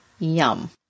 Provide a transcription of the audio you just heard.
Yum